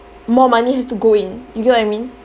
more money has to go in you get what I mean